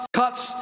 cuts